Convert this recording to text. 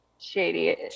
Shady